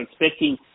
expecting